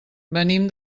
venim